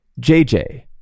JJ